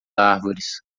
árvores